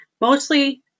mostly